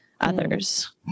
others